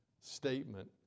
statement